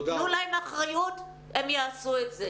תנו להם אחריות, הם יעשו את זה.